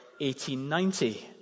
1890